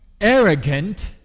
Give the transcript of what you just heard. arrogant